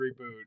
reboot